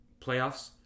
playoffs